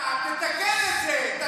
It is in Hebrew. תצביע על הצעה, תתקן את זה.